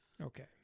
Okay